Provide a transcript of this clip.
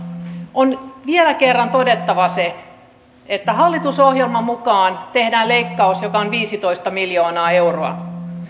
on vielä kerran todettava se että hallitusohjelman mukaan tehdään leikkaus joka on viisitoista miljoonaa euroa